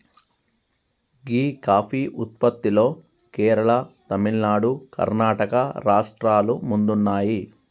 గీ coffee ఉత్పత్తిలో కేరళ, తమిళనాడు, కర్ణాటక రాష్ట్రాలు ముందున్నాయి